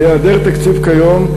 בהיעדר תקציב כיום,